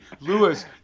Lewis